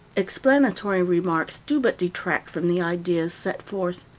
explanatory remarks do but detract from the ideas set forth.